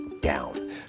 down